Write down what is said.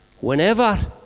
whenever